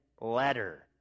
letter